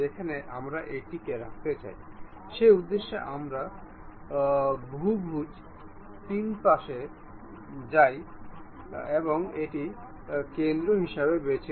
এখানে আমাদের একটি রেল ট্র্যাক একটি চাকা এবং একটি চাকা ধারক রয়েছে